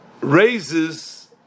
raises